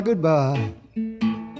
Goodbye